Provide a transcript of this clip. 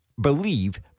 believe